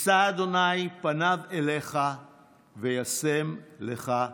ישא ה' פניו אליך וישם לך שלום".